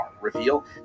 reveal